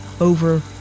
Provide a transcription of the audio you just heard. over